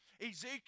Ezekiel